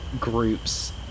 groups